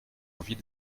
envie